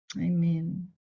Amen